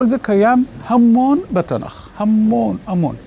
‫כל זה קיים המון בתנ"ך. ‫המון, המון.